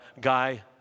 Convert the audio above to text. guy